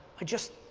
i just,